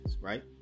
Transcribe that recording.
right